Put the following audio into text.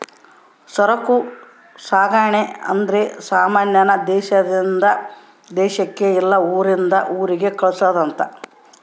ಸರಕು ಸಾಗಣೆ ಅಂದ್ರೆ ಸಮಾನ ನ ದೇಶಾದಿಂದ ದೇಶಕ್ ಇಲ್ಲ ಊರಿಂದ ಊರಿಗೆ ಕಳ್ಸದ್ ಅಂತ